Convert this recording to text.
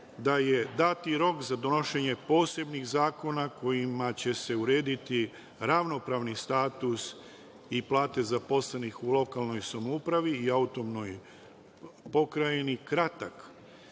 da je dati rok za donošenje posebnih zakona kojima će se urediti ravnopravni status i plate zaposlenih u lokalnoj samoupravi i AP kratak,